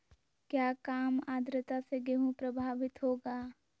क्या काम आद्रता से गेहु प्रभाभीत होगा?